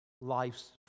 life's